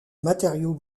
matériau